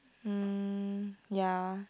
mm ya